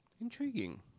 Intriguing